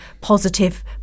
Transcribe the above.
positive